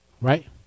Right